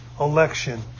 election